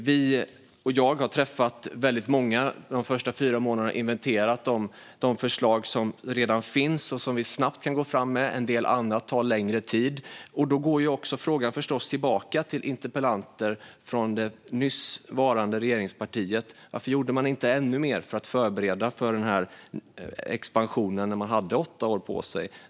Vi - jag - har träffat väldigt många under regeringens första fyra månader och inventerat de förslag som redan finns och som vi snabbt kan gå fram med. En del annat tar längre tid. Frågan går naturligtvis tillbaka till interpellanter från det nyss varande regeringspartiet: Varför gjorde man inte ännu mer för att förbereda den här expansionen när man hade åtta år på sig?